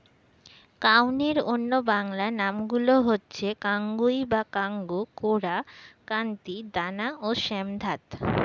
কাউনের অন্য বাংলা নামগুলো হচ্ছে কাঙ্গুই বা কাঙ্গু, কোরা, কান্তি, দানা ও শ্যামধাত